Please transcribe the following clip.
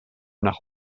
nach